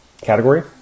category